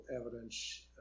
evidence